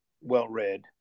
well-read